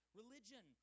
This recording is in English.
religion